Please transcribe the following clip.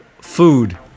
Food